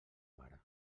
mare